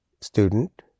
student